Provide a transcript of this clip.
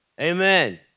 Amen